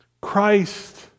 Christ